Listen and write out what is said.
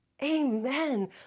Amen